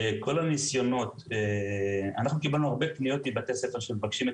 קיבלנו הרבה פניות מבתי ספר שמבקשים את